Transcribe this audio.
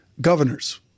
governors